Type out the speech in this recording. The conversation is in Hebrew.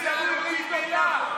תעשה חוק על ברית מילה.